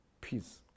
Peace